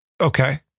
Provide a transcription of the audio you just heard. Okay